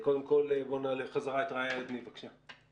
קודם כל, בוא נ עלה חזרה את רעיה עדני, בבקשה.